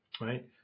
Right